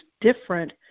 different